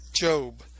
Job